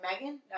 Megan